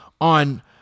on